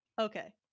Okay